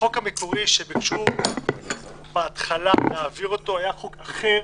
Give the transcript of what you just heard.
החוק המקורי, שביקשו בהתחלה להעביר, היה חוק אחר